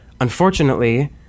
unfortunately